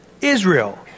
Israel